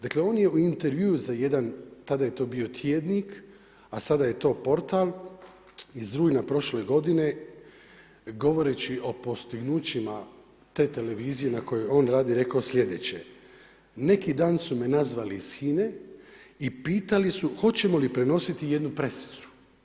Dakle, on je u intervjuu za jedan, tada je to bio tjednik, a sada je to portal iz rujna prošle godine, govoreći o postignućima te televizije na kojoj on radi rekao slijedeće: neki dan su me nazvali iz HINA-e i pitali su hoćemo li prenositi jednu pressicu.